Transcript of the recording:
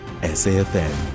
SAFM